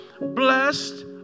Blessed